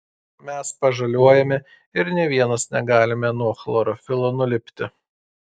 mes pažaliuojame ir nė vienas negalime nuo chlorofilo nulipti